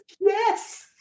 yes